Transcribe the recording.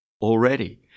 already